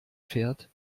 fährt